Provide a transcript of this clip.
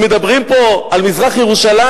הם מדברים פה על מזרח-ירושלים?